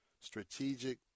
strategic